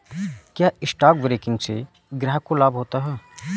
क्या stock broking से ग्राहक को लाभ होता है?